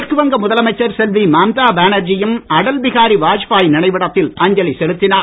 மேற்கு வங்க முதலமைச்சர் செல்வி மம்தா பானர்ஜியும் அடல் பிஹாரி வாஜ்பாய் நினைவிடத்தில் அஞ்சலி செலுத்தினார்